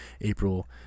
April